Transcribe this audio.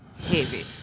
heavy